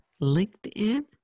LinkedIn